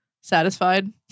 Satisfied